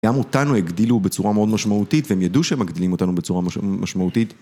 גם אותנו הגדילו בצורה מאוד משמעותית, והם ידעו שמגדילים אותנו בצורה מש-משמעותית,